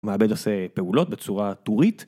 מעבד עושה פעולות בצורה טורית.